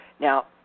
Now